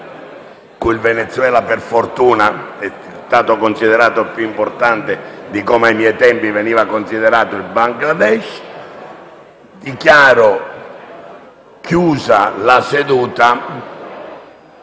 che il Venezuela, per fortuna, è stato considerato più importante di come ai miei tempi veniva considerato il Bangladesh. **Interventi su